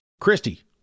Christy